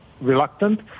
reluctant